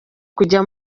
kujya